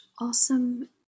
awesome